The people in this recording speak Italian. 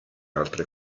altre